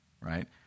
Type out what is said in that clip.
right